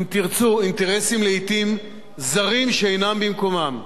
אם תרצו, אינטרסים לעתים זרים, שאינם במקומם.